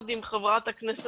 זו לא תוכנית שיקום זמנית,